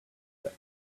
that